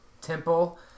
temple